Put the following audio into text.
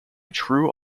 true